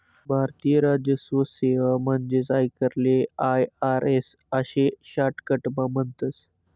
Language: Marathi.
भारतीय राजस्व सेवा म्हणजेच आयकरले आय.आर.एस आशे शाटकटमा म्हणतस